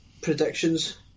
predictions